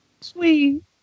Sweet